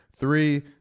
Three